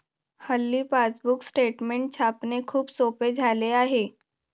हल्ली passbook statement छापणे खूप सोपे झाले आहे